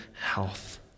health